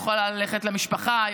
היא יכולה ללכת למשפחה,